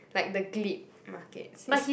like the Glebe Market is